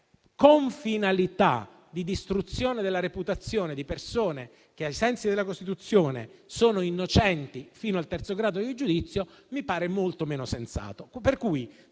con finalità di distruzione della reputazione di persone che, ai sensi della Costituzione, sono innocenti fino al terzo grado di giudizio, mi pare molto meno sensato.